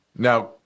Now